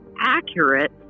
accurate